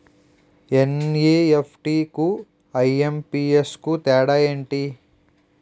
NEFT కు IMPS కు తేడా ఎంటి?